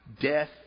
death